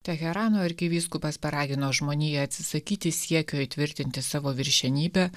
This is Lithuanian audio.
teherano arkivyskupas paragino žmoniją atsisakyti siekio įtvirtinti savo viršenybę